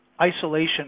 isolation